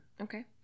Okay